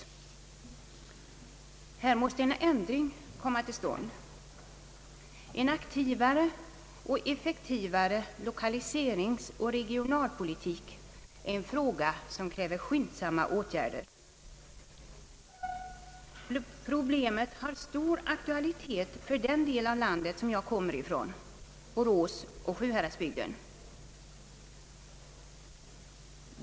Härvidlag måste en ändring komma till stånd. En aktivare och effektivare lokaliseringsoch regionalpolitik är en fråga som kräver skyndsamma åtgärder. Problemet har stor aktualitet för den del av landet som jag kommer ifrån, Borås och Sjuhäradsbygden.